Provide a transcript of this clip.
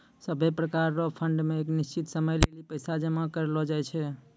सभै प्रकार रो फंड मे एक निश्चित समय लेली पैसा जमा करलो जाय छै